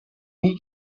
nie